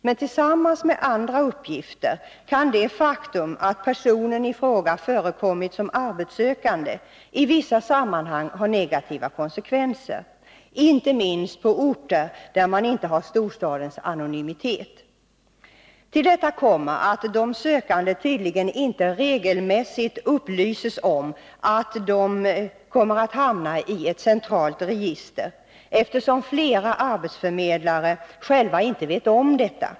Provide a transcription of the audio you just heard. Men tillsammans med andra uppgifter kan det faktum, att personen i fråga förekommit som arbetssökande, i vissa sammanhang ha negativa konsekvenser — inte minst på mindre orter där man inte har storstadens anonymitet. Till detta kommer att de sökande tydligen inte regelmässigt upplyses om att de kommer att hamna i ett centralt register, eftersom flera arbetsförmedlare själva inte vet om detta.